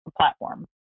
platform